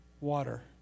water